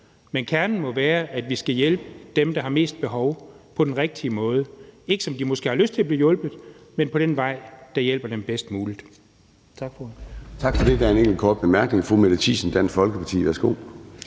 Men kernen må være, at vi skal hjælpe dem, der har mest behov for det, på den rigtige måde og ikke på den måde, som de måske har lyst til at blive hjulpet, men ad den vej, der hjælper dem bedst muligt.